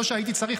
לא שהייתי צריך,